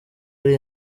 ari